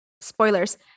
spoilers